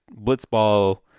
blitzball